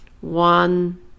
one